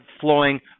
flowing